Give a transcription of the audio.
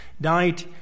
died